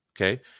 Okay